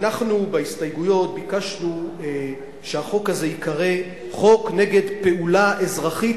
אנחנו בהסתייגויות ביקשנו שהחוק הזה ייקרא חוק נגד פעולה אזרחית,